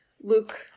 Luke